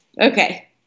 Okay